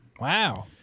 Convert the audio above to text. Wow